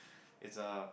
it's a